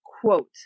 quote